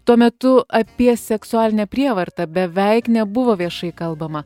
tuo metu apie seksualinę prievartą beveik nebuvo viešai kalbama